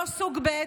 לא סוג ב',